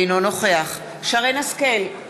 אינו נוכח שרן השכל,